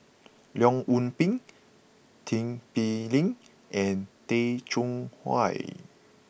Leong Yoon Pin Tin Pei Ling and Tay Chong Hai